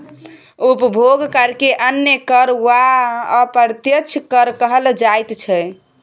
उपभोग करकेँ अन्य कर वा अप्रत्यक्ष कर कहल जाइत छै